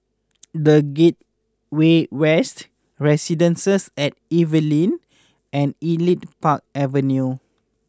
The Gateway West Residences at Evelyn and Elite Park Avenue